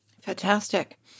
Fantastic